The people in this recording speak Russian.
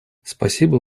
спасибо